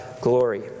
glory